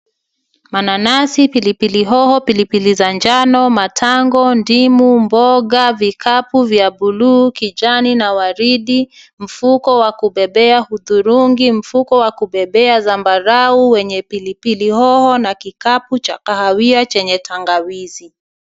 Mananasi, pilipili hoho, pilipili za njano, matango, ndimu, mboga, vikapu vya bluu, kijani na waridi, mfuko wa kubebea hudhurungi, mfuko wa kubebea zambarau wenye pilipili hoho na kikapu cha kahawia chenye tangawizi.